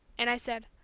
and i said,